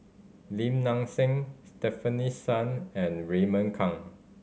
Lim Nang Seng Stefanie Sun and Raymond Kang